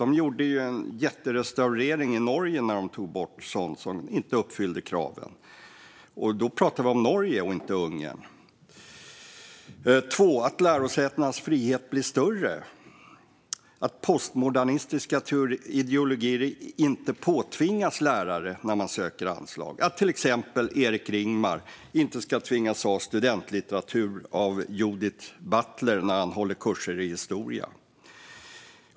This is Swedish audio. Man gjorde en jätterestaurering i Norge när man tog bort sådant som inte uppfyllde kraven, och då är det Norge vi pratar om, inte Ungern. Det andra är att lärosätenas frihet ska bli större och att postmodernistisk ideologi inte ska påtvingas lärare när anslag söks. Erik Ringmar ska till exempel inte tvingas ha studentlitteratur av Judith Butler när han håller kurser i historia.